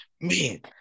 Man